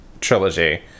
trilogy